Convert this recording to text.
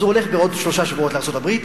אז הוא הולך בעוד שלושה שבועות לארצות-הברית,